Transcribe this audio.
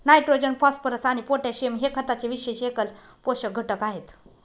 nitrogen, phosphorus आणि potassium हे खताचे विशेष एकल पोषक घटक आहेत